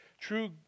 True